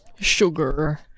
Sugar